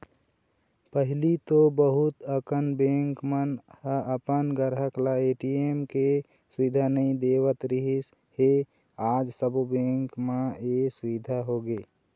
पहिली तो बहुत अकन बेंक मन ह अपन गराहक ल ए.टी.एम के सुबिधा नइ देवत रिहिस हे आज सबो बेंक म ए सुबिधा होगे हे